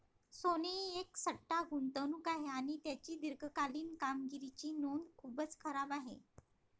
सोने ही एक सट्टा गुंतवणूक आहे आणि त्याची दीर्घकालीन कामगिरीची नोंद खूपच खराब आहे